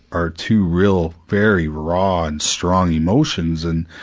are two real, very raw and strong emotions and,